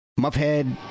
Muffhead